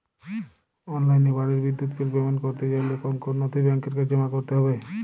অনলাইনে বাড়ির বিদ্যুৎ বিল পেমেন্ট করতে চাইলে কোন কোন নথি ব্যাংকের কাছে জমা করতে হবে?